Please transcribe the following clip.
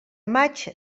maig